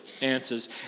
answers